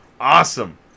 Awesome